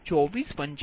02485 p